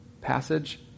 passage